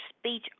speech